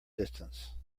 distance